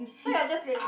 so you're just lazy